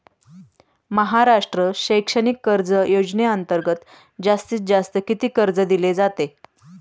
महाराष्ट्र शैक्षणिक कर्ज योजनेअंतर्गत जास्तीत जास्त किती कर्ज दिले जाते?